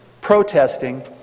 protesting